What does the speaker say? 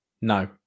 no